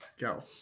Go